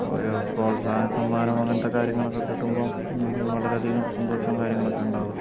ഒരു പ്രോത്സാഹന സമ്മാനോ അങ്ങനത്തെ കാര്യങ്ങളൊക്കെ കിട്ടുമ്പം വളരെ അധികം സന്തോഷവും കാര്യങ്ങളൊക്കെ ഉണ്ടാകാറ്